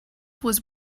was